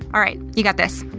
alright, you got this?